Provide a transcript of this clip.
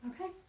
Okay